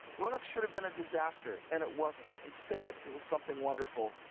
linux should have been a disaster, and it wasn't. instead, it was something wonderful,